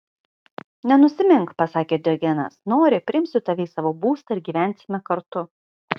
nenusimink pasakė diogenas nori priimsiu tave į savo būstą ir gyvensime kartu